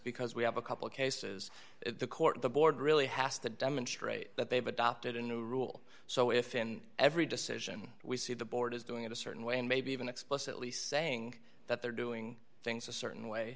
because we have a couple cases the court the board really has to demonstrate that they've adopted a new rule so if in every decision we see the board is doing it a certain way and maybe even explicitly saying that they're doing things a certain way